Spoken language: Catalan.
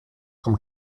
com